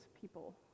people